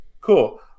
cool